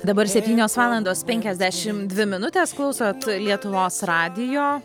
dabar septynios valandos penkiasdešim dvi minutės klausot lietuvos radijo